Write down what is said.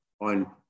on